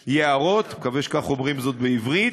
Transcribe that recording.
לחשֵֹף יערות, אני מקווה שכך אומרים זאת בעברית.